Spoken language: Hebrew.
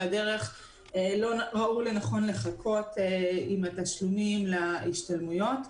הדרך לא ראו לנכון לחכות עם התשלומים להשתלמויות.